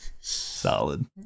Solid